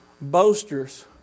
boasters